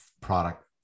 product